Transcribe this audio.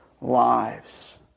lives